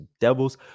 Devils